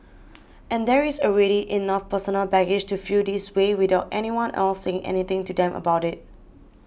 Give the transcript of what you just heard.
and there is already enough personal baggage to feel this way without anyone else saying anything to them about it